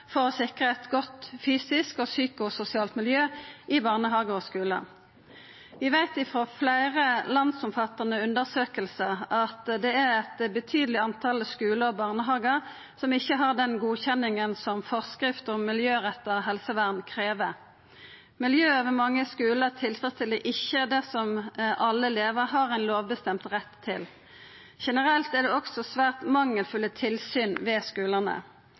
for å sikra eit godt fysisk og psykososialt miljø i barnehagar og skular. Vi veit frå fleire landsomfattande undersøkingar at eit betydeleg tal skular og barnehagar ikkje har den godkjenninga som forskrift om miljøretta helsevern krev. Miljøet ved mange skular tilfredsstiller ikkje det som alle elevar har ein lovbestemt rett til. Generelt er det også svært mangelfulle tilsyn ved skulane.